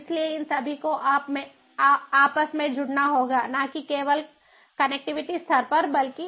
इसलिए इन सभी को आपस में जुड़ना होगा न कि केवल कनेक्टिविटी स्तर पर बल्कि